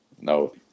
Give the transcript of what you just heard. No